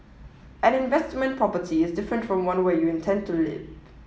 an investment property is different from one where you intend to live